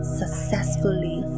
successfully